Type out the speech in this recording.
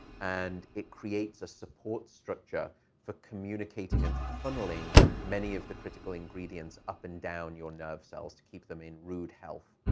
and it creates a support structure for communicating and funneling many of the critical ingredients up and down your nerve cells to keep them in rude health.